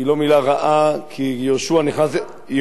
היא לא מלה רעה, כי יהושע נכנס, מה לא רעה?